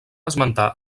esmentar